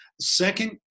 Second